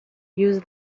use